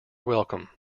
welcome